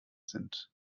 sind